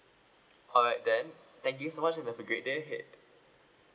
alright then thank you so much hope you have a great day ahead